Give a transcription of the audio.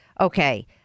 Okay